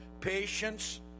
patience